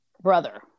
brother